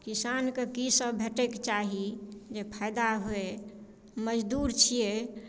किसानकेँ कीसभ भेटैक चाही जे फायदा होय मजदूर छियै